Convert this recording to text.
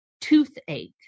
toothache